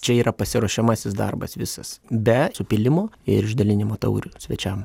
čia yra pasiruošiamasis darbas visas be supylimo ir išdalinimo taurių svečiam